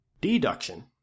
Deduction